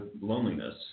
loneliness